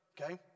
okay